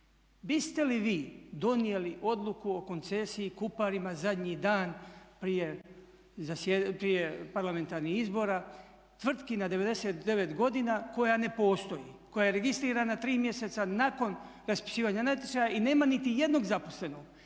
Biste li vi donijeli odluku o koncesiji Kuparima zadnji dan prije zasjedanja, prije parlamentarnih izbora tvrtki na 99 godina koja ne postoji, koja je registrirana 3 mjeseca nakon raspisivanja natječaja i nema niti jednog zaposlenog?